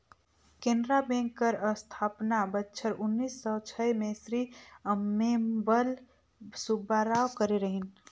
Canara bank कर अस्थापना बछर उन्नीस सव छय में श्री अम्मेम्बल सुब्बाराव करे रहिन